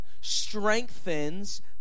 strengthens